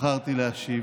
בחרתי להשיב?